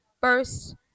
First